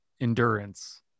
endurance